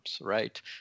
right